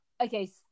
okay